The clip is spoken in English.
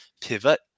pivot